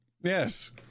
Yes